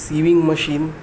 sewing machine